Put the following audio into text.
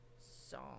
song